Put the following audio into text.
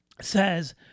says